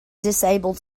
disabled